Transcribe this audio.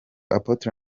apotre